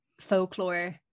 folklore